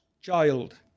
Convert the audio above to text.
Child